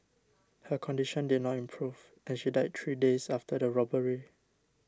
her condition did not improve and she died three days after the robbery